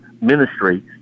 ministry